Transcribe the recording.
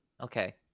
Okay